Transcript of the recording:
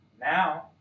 Now